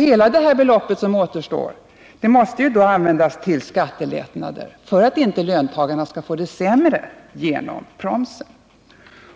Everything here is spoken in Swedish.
Hela det belopp som återstår måste då användas till skattelättnader för att inte löntagarna skall få det sämre genom promsen.